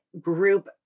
group